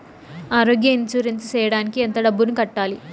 ఆరోగ్య ఇన్సూరెన్సు సేయడానికి ఎంత డబ్బుని కట్టాలి?